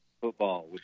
football